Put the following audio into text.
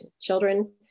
children